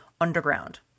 underground